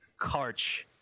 Karch